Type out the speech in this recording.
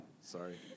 Sorry